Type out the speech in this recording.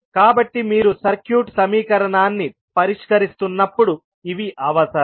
కాబట్టి మీరు సర్క్యూట్ సమీకరణాన్ని పరిష్కరిస్తున్నప్పుడు ఇవి అవసరం